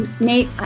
Nate